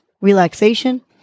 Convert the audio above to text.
relaxation